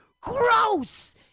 gross